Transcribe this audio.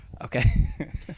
okay